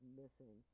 missing